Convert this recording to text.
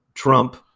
Trump